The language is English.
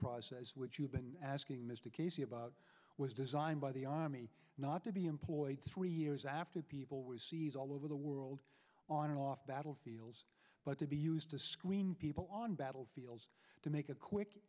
process which you've been asking mr casey about was designed by the army not to be employed three years after people were sees all over the world on off battlefields but to be used to screen people on battlefields to make a quick